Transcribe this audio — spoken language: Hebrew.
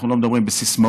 אנחנו לא מדברים בסיסמאות,